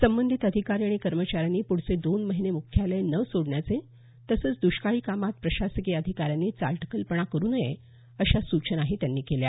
संबंधित अधिकारी आणि कर्मचाऱ्यांनी पुढचे दोन महिने मुख्यालय न सोडण्याचे तसंच दष्काळी कामात प्रशासकीय अधिकाऱ्यांनी चालढकलपणा करू नये अशा सूचना त्यांनी केल्या